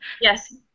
Yes